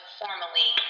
formally